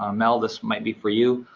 ah mel this might be for you.